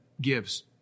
gives